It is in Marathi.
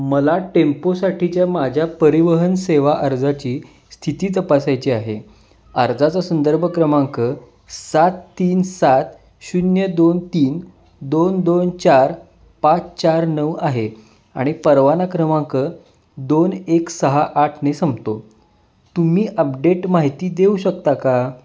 मला टेम्पोसाठीच्या माझ्या परिवहन सेवा अर्जाची स्थिती तपासायची आहे अर्जाचा संदर्भ क्रमांक सात तीन सात शून्य दोन तीन दोन दोन चार पाच चार नऊ आहे आणि परवाना क्रमांक दोन एक सहा आठने संपतो तुम्ही अपडेट माहिती देऊ शकता का